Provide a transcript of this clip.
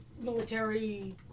military